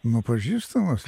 nu pažįstamas